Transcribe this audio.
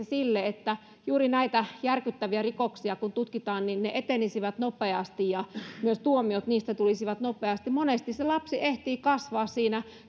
sille että kun juuri näitä järkyttäviä rikoksia tutkitaan niin ne etenisivät nopeasti ja myös tuomiot niistä tulisivat nopeasti monesti se lapsi ehtii kasvaa siinä